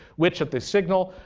which, at the signal,